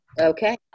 okay